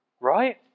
right